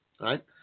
Right